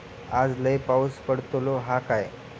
आज लय पाऊस पडतलो हा काय?